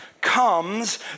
comes